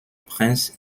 prince